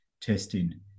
testing